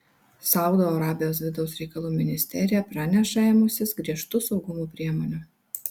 saudo arabijos vidaus reikalų ministerija praneša ėmusis griežtų saugumo priemonių